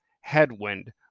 headwind